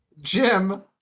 Jim